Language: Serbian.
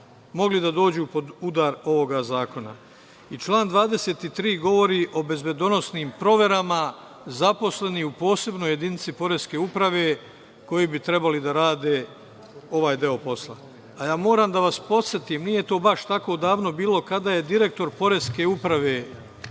mogli da dođu pod udar ovog zakona. Član 23. govori o bezbednosnim proverama zaposlenih u posebnoj jedinici poreske uprave, koji bi trebali da rade ovaj deo posla. Moram da vas podsetim nije to baš tako davno bilo kada je direktor Poreske uprave